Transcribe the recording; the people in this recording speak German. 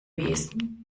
besen